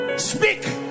speak